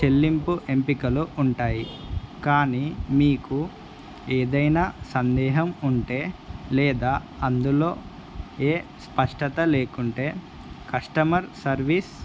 చెల్లింపు ఎంపికలు ఉంటాయి కానీ మీకు ఏదైనా సందేహం ఉంటే లేదా అందులో ఏ స్పష్టత లేకుంటే కస్టమర్ సర్వీస్